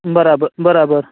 बराबरि बराबरि